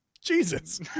jesus